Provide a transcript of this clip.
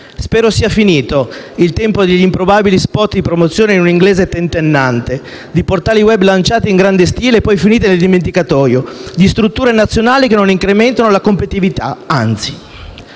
Spero sia finito il tempo degli improbabili *spot* di promozione in un inglese tentennante, di portali *web* lanciati in grande stile e poi finiti nel dimenticatoio, di strutture nazionali che non incrementano la competitività, anzi.